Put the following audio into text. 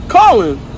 Colin